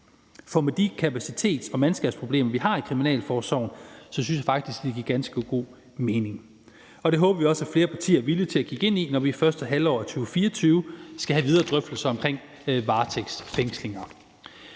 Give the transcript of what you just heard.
For med de kapacitets- og mandskabsproblemer, vi har i kriminalforsorgen, synes jeg faktisk, at det giver ganske god mening. Det håber vi også at flere partier er villige til at kigge på, når vi i første halvår af 2024 skal have videre drøftelser omkring varetægtsfængslinger.